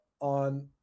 on